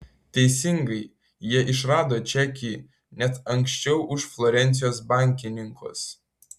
teisingai jie išrado čekį net anksčiau už florencijos bankininkus